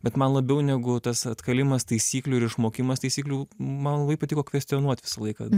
bet man labiau negu tas atkalimas taisyklių išmokimas taisyklių man labai patiko kvestionuot visą laiką